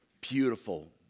beautiful